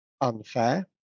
unfair